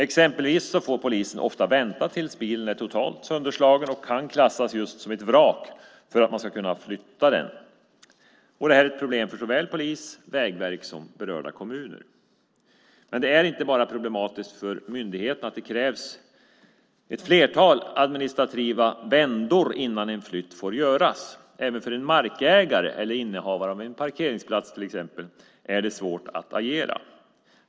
Exempelvis får polisen ofta vänta tills bilen är totalt sönderslagen och kan klassas just som ett vrak för att man ska kunna flytta den. Det här är ett problem för såväl polisen och Vägverket som berörda kommuner. Men det är inte bara problematiskt för myndigheterna att det krävs ett flertal administrativa vändor innan en flytt får göras. Även för en markägare eller innehavare av till exempel en parkeringsplats är det svårt att agera.